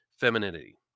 femininity